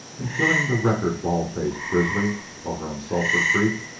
in killing the record baldface grizzly over on sulphur creek,